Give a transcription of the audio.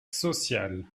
sociale